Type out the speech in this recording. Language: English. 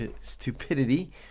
stupidity